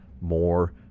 more